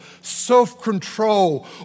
self-control